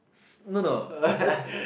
s~ no no let's